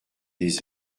des